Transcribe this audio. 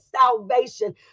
salvation